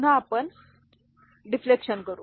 पुन्हा आपण डिफ्लेक्शन करू